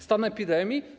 Stan epidemii?